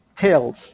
tails